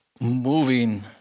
moving